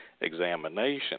examination